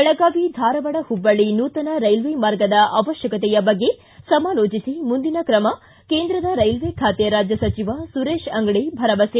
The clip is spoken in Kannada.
ಬೆಳಗಾವಿ ಧಾರವಾಡ ಹುಬ್ಬಳ್ಳಿ ನೂತನ ರೈಲ್ವೆ ಮಾರ್ಗದ ಅವಶ್ಯಕತೆಯ ಬಗ್ಗೆ ಸಮಾಲೋಜಿಸಿ ಮುಂದಿನ ಕ್ರಮ ಕೇಂದ್ರದ ರೈಲ್ವೆ ಖಾತೆ ರಾಜ್ಯ ಸಚಿವ ಸುರೇಶ ಅಂಗಡಿ ಭರವಸೆ